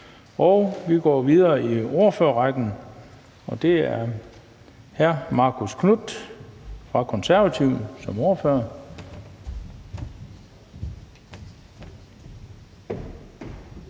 og vi går videre i ordførerrækken. Det er hr. Marcus Knuth fra Konservative som ordfører.